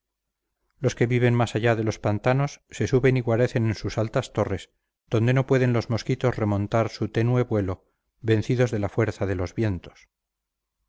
los que viven más allá de los pantanos se suben y guarecen en sus altas torres donde no pueden los mosquitos remontar su tenue vuelo vencidos de la fuerza de los vientos